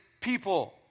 people